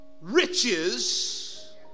riches